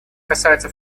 касается